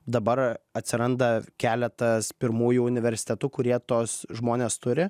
dabar atsiranda keletas pirmųjų universitetų kurie tuos žmones turi